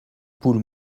poules